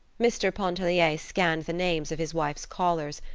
mr. pontellier scanned the names of his wife's callers,